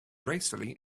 gracefully